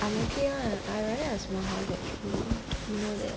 I'm okay [one] I rather have small house actually you know that